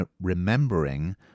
remembering